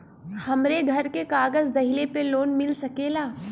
हमरे घरे के कागज दहिले पे लोन मिल सकेला?